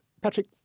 Patrick